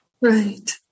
Right